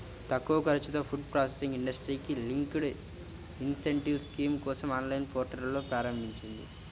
తక్కువ ఖర్చుతో food processing ఇండస్ట్రీకి లింక్డ్ ఇన్సెంటివ్ స్కీమ్ కోసం ఆన్లైన్ పోర్టల్ను ప్రారంభించింది